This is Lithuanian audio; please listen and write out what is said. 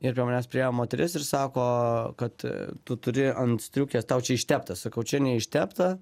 ir prie manęs priėjo moteris ir sako kad tu turi an striukės tau čia ištepta sakau čia neištepta